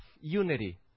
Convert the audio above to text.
unity